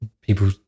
people